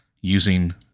using